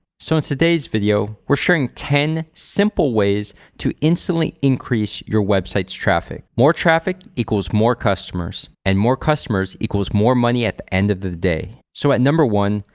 so in today's video we're sharing ten simple ways to instantly increase your website's traffic. more traffic equals more customers and more customers equals more money at the end of the day. so at number one,